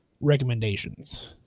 recommendations